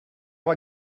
var